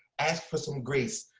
ask for some grace.